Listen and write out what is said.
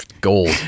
gold